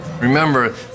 Remember